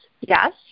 yes